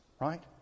right